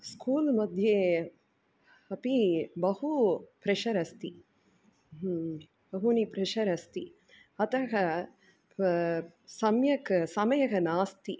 स्कूल्मध्ये अपि बहु प्रेशर् अस्ति बहूनि प्रेशर् अस्ति अतः सम्यक् समयः नास्ति